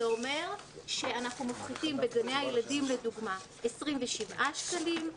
זה אומר שאנחנו מפחיתים בגני הילדים לדוגמה 27 שקלים,